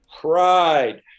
Pride